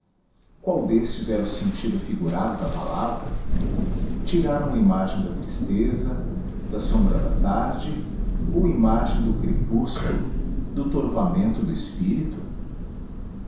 qual destes era o sentido figurado da palavra tiraram a imagem da tristeza da sombra da tarde ou imagem do crepúsculo do torvamento do espírito